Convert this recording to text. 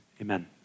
amen